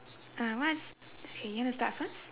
uh what's okay you want to start first